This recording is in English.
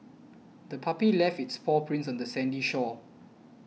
the puppy left its paw prints on the sandy shore